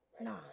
Nah